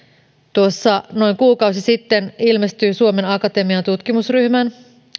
tuossa noin kuukausi sitten ilmestyi suomen akatemian tutkimusryhmän